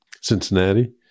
Cincinnati